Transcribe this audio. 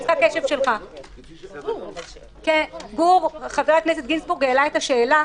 חבר הכנסת גינזבורג העלה את השאלה,